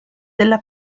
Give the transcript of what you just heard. della